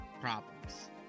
problems